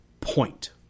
point